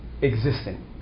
existing